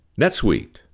NetSuite